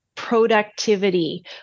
Productivity